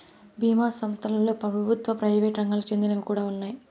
బీమా సంస్థలలో ప్రభుత్వ, ప్రైవేట్ రంగాలకి చెందినవి కూడా ఉన్నాయి